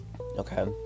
okay